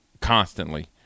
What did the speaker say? constantly